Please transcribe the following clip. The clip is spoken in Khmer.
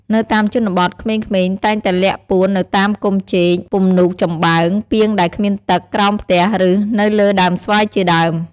នៅតាមជនបទ ក្មេងៗតែងតែលាក់ពួននៅតាមគុម្ពចេក ពំនូកចំបើង ពាងដែលគ្មានទឹក ក្រោមផ្ទះ ឬ នៅលើដើមស្វាយជាដើម។